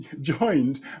joined